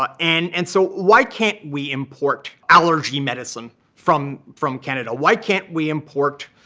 ah and and so why can't we import allergy medicine from from canada? why can't we import